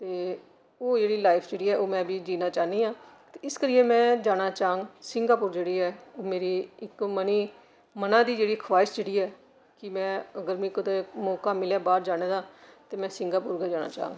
ते ओह् जेह्ड़ी लाइफ जेह्ड़ी ऐ ओह् में बी जीना चाह्न्नी आं इस करी में जाना चाह्ङ सिंगापुर जेह्ड़ी ऐ मेरे मनै दा जेह्ड़ी ख्बाईश जेह्ड़ी ऐ कि में अगर मिगी कुतै मौका मिलै बाह्र जाने दा ते में सिंगापुर गै जाना चाह्ङ